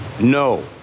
No